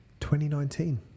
2019